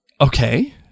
Okay